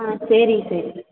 ஆ சரி சரி